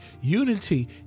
Unity